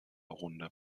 runde